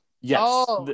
Yes